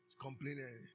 complaining